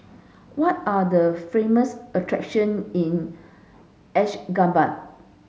what are the famous attraction in Ashgabat